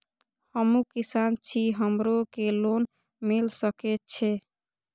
हमू किसान छी हमरो के लोन मिल सके छे?